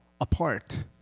apart